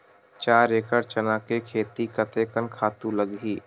चार एकड़ चना के खेती कतेकन खातु लगही?